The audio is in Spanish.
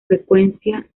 frecuencia